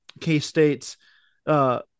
K-State's